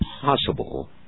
possible